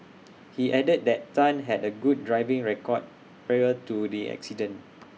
he added that Tan had A good driving record prior to the accident